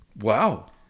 Wow